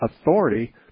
authority